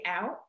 out